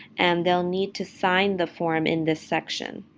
and they'll need to sign the form in this section.